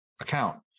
account